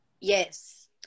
Yes